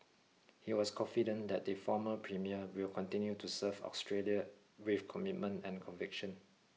he was confident that the former premier will continue to serve Australia with commitment and conviction